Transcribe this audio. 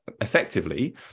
effectively